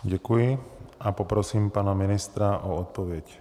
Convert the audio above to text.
Děkuji a poprosím pana ministra o odpověď.